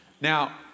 Now